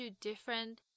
different